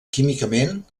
químicament